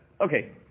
Okay